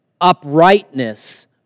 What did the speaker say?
uprightness